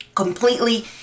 Completely